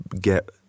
get